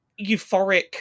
euphoric